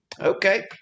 Okay